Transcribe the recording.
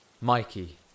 Mikey